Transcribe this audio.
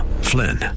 Flynn